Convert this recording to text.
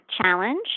challenge